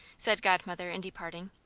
said godmother, in departing,